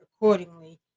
accordingly